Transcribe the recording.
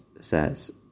says